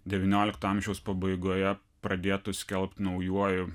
devyniolikto amžiaus pabaigoje pradėtu skelbt naujuoju